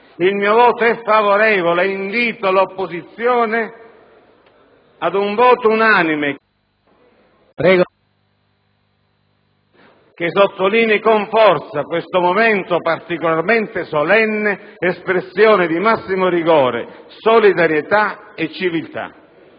Il mio voto è favorevole e invito l'opposizione ad un voto unanime che sottolinei con forza questo momento particolarmente solenne, espressione di massimo rigore, solidarietà e civiltà.